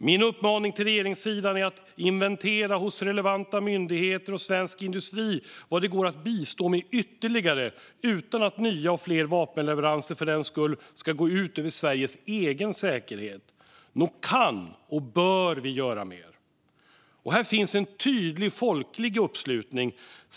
Min uppmaning till regeringssidan är att inventera hos relevanta myndigheter och svensk industri vad det går att bistå med ytterligare utan att nya och fler vapenleveranser för den skull går ut över Sveriges egen säkerhet. Nog kan och bör vi göra mer. Här finns en tydlig folklig uppslutning.